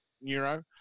neuro